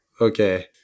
okay